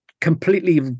completely